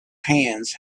hands